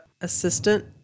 assistant